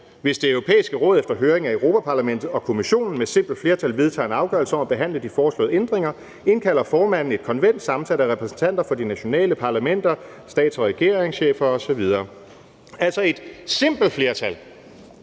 »Hvis Det Europæiske Råd efter høring af Europa-Parlamentet og Kommissionen med simpelt flertal vedtager en afgørelse om at behandle de foreslåede ændringer, indkalder formanden for Det Europæiske Råd et konvent sammensat af repræsentanter for de nationale parlamenter, medlemsstaternes stats- og regeringschefer, Europa-Parlamentet